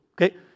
okay